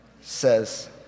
says